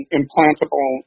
implantable